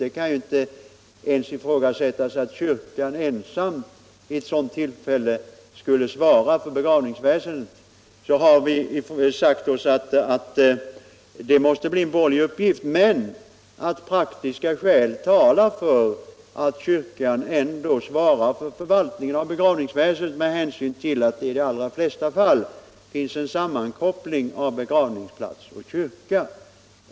Det kan inte komma i fråga att kyrkan i en sådan situation ensam skulle svara för begravningsväsendet. Detta måste alltså bli en borgerlig uppgift. Praktiska skäl talar emellertid för att kyrkan ändå svarar för förvaltningen av begravningsväsendet med hänsyn till att det i de allra flesta fall finns en sammankoppling mellan begravningsplatser och kyrka.